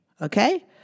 Okay